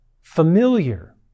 familiar